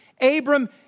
Abram